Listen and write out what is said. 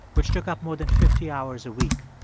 which took up more than fifty hours a week.